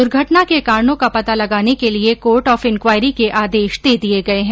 दुर्घटना के कारणों का पता लगाने के लिए कोर्ट ऑफ इंक्वायरी के आदेश दे दिए गए हैं